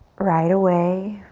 right away,